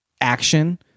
action